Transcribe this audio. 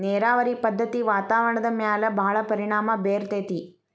ನೇರಾವರಿ ಪದ್ದತಿ ವಾತಾವರಣದ ಮ್ಯಾಲ ಭಾಳ ಪರಿಣಾಮಾ ಬೇರತತಿ